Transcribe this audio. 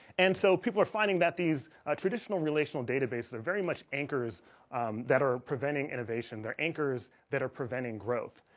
and so people are finding that these ah traditional relational databases are very much anchors that are preventing innovation they're anchors that are preventing growth,